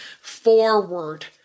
forward